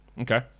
Okay